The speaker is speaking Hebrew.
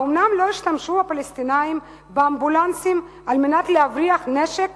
האומנם לא השתמשו הפלסטינים באמבולנסים על מנת להבריח נשק